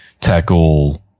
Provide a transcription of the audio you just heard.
tackle